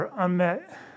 Unmet